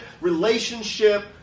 relationship